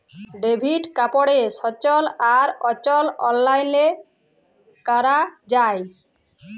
debit কাড়কে সচল আর অচল অললাইলে ক্যরা যায়